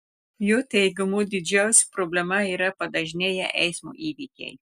jo teigimu didžiausia problema yra padažnėję eismo įvykiai